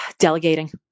Delegating